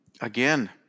Again